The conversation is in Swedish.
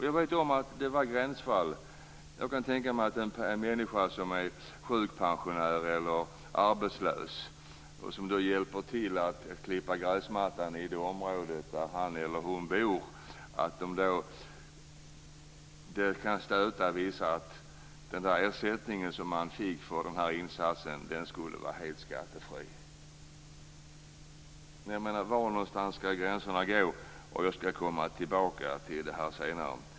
Jag vet om att den var ett gränsfall. Jag kan tänka mig att om en människa som är sjukpensionär eller arbetslös hjälper till att klippa gräsmattan i det område där han eller hon bor så kan det stöta vissa att den ersättning man får för insatsen är helt skattefri. Var någonstans skall gränserna gå? Jag skall komma tillbaka till det senare.